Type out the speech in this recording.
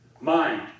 mind